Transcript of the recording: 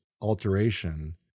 alteration